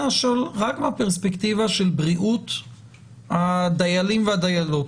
לשאול רק בפרספקטיבה של בריאות הדיילים והדיילות.